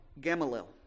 Gamaliel